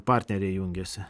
partneriai jungiasi